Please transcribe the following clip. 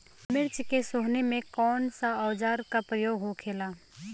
मिर्च के सोहनी में कौन सा औजार के प्रयोग होखेला?